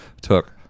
took